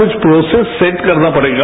कुछ process set करना पड़ेगा